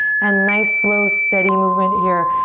and nice, slow, steady movement here,